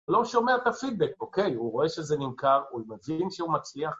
לא שומע את הפידבק, אוקיי, הוא רואה שזה נמכר, הוא מבין שהוא מצליח